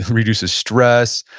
reduces stress.